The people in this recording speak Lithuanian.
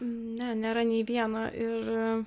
ne nėra nei vieno ir